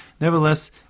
Nevertheless